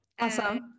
Awesome